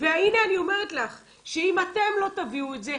והנה אני אומרת לך שאם אתם לא תביאו את זה,